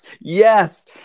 Yes